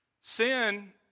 Sin